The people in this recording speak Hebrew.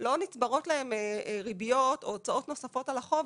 לא נצברות להם ריביות או הוצאות נוספות על החוב,